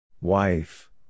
Wife